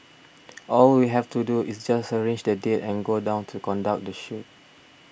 all we have to do is just arrange the date and go down to conduct the shoot